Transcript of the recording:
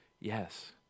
yes